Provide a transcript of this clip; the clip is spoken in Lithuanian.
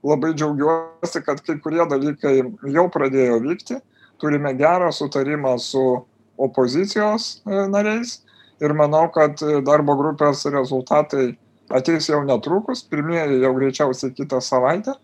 labai džiaugiuosi kad kai kurie dalykai jau pradėjo vykti turime gerą sutarimą su opozicijos nariais ir manau kad darbo grupės rezultatai ateis jau netrukus pirmieji jau greičiausiai kitą savaitę